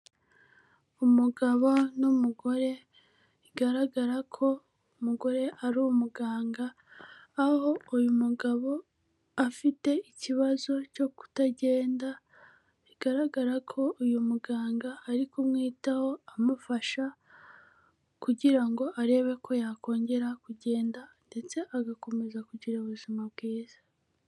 Umugabo n'umugore bigaragara ko umugore ari umuganga, aho uyu mugabo afite ikibazo cyo kutagenda bigaragara ko uyu muganga ari kumwitaho amufasha kugira ngo arebe ko yakongera kugenda ndetse agakomeza kugira ubuzima bwiza.